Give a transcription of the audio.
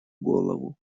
голову